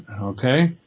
okay